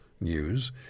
news